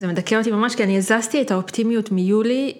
זה מדכא אותי ממש כי אני הזזתי את האופטימיות מיולי.